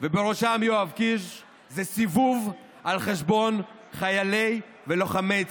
ובראשם יואב קיש זה סיבוב על חשבון חיילי ולוחמי צה"ל.